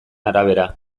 arabera